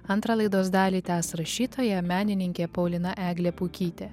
antrą laidos dalį tęs rašytoja menininkė paulina eglė pukytė